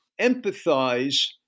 empathize